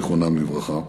זיכרונם לברכה,